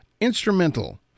instrumental